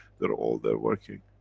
they're all there working.